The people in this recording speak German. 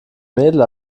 mädel